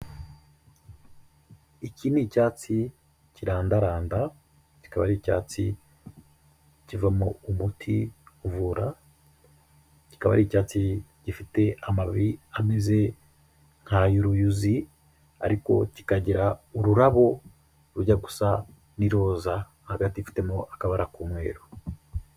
Iki ni icyatsi kirandaranda, kikaba ari icyatsi kivamo umuti uvura, kikaba ari icyatsi gifite amababi ameze nk'ay'uruyuzi ariko kikagira ururabo rujya gusa n'iroza. Hagati gifitemo akabara k'umweru.